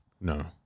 No